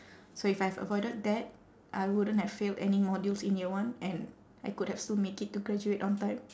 so if I have avoided that I wouldn't have failed any modules in year one and I could have still make it to graduate on time